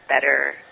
better